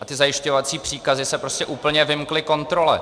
Ty zajišťovací příkazy se prostě úplně vymkly kontrole.